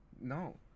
No